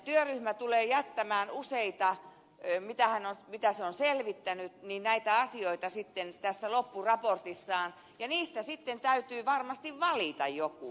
työryhmä tulee jättämään useita ei mitään mikä se on selvittänyt useista selvittämiään asioita sitten tässä loppuraportissaan ja niistä sitten täytyy varmasti valita joku